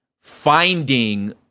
finding